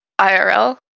IRL